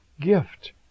gift